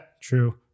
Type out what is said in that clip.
True